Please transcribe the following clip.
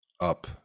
up